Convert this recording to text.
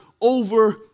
over